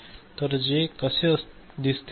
तर ते कसे दिसतील